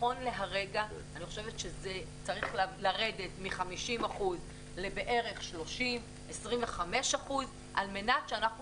נכון להרגע אני חושבת שזה צריך לרדת מ-50% לבערך 25% 30% על מנת שאנחנו